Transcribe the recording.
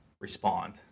respond